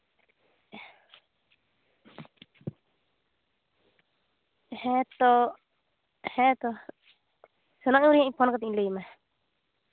ᱦᱮᱸᱛᱚ ᱦᱮᱸᱛᱚ ᱥᱮᱱᱚᱜ ᱤᱧ ᱦᱟᱸᱜ ᱯᱷᱳᱱ ᱠᱟᱛᱮ ᱤᱧ ᱞᱟᱹᱭᱟᱢᱟ